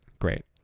Great